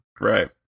Right